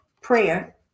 prayer